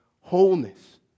wholeness